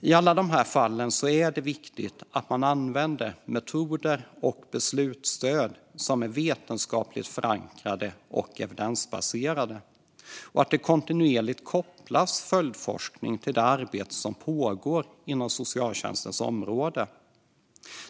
I alla dessa fall är det viktigt att man använder metoder och beslutsstöd som är vetenskapligt förankrade och evidensbaserade samt att det kontinuerligt kopplas följdforskning till det arbete som pågår inom socialtjänstens område.